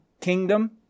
kingdom